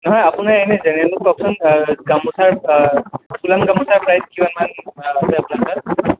নহয় আপুনি এনেই জেনেৰেলী কওকচোন গামোচাৰ ফুলাম গামোচাৰ প্ৰাইচ কিমান মান আছে আপোনাৰ তাত